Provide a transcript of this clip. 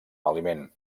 aliment